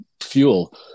fuel